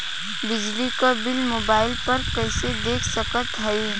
बिजली क bill mobile पर कईसे देख सकत हई?